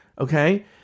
okay